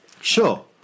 Sure